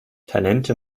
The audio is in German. talente